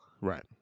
Right